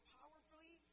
powerfully